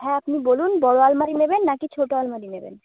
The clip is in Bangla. হ্যাঁ আপনি বলুন বড় আলমারি নেবেন না কি ছোটো আলমারি নেবেন